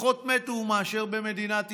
מתו פחות מאשר במדינת ישראל,